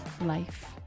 life